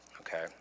okay